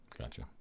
Gotcha